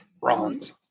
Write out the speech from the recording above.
Bronze